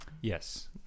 yes